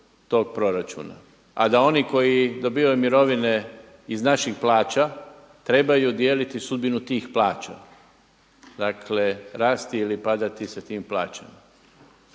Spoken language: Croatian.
A da oni koji dobivaju mirovine iz naših plaća, trebaju dijeliti sudbinu tih plaća. Dakle, rasti ili padati sa tim plaćama.